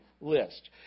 list